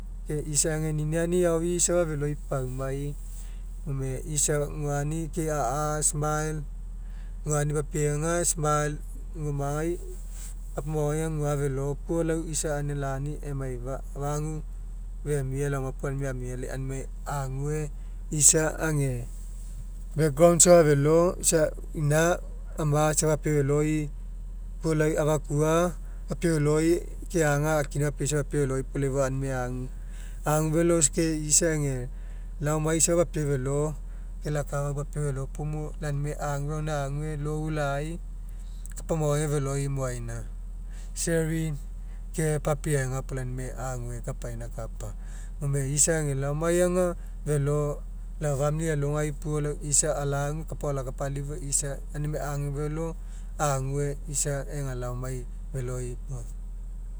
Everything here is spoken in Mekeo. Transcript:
Ke isa ega niniani aoinaafa feloi paumai gone isa guani ke a'a smile guani papiega smile gua omagai kapa maoai aga gua felo puo lau isa anina lani ke maifa femia laoma puo aunimai amia aunimai ague isa age background safe felo isa ina ama safa papiau feloi puo lai fou agu aunimai agu agu felo ke ega laomai isa papiau felo ke akafau papie felo puo lau aunimai agu felo alogai ague lou lai kapa maoai aga feloi moaina, sharing safa papiega puo lau aunimai agua kapaina akapa gone isa ega agu felo lau eu famili alogai puo lau isa alauga kapa ao alakapalifua lai agufelo ague isa ega laomai feloi.